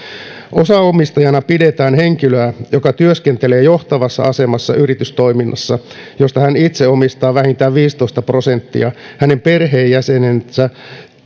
osaomistajana pidetään henkilöä joka työskentelee johtavassa asemassa yritystoiminnassa josta hän itse omistaa vähintään viisitoista prosenttia hänen perheenjäsenensä